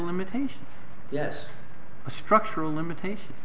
limitation yes a structural limitation